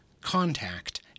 contact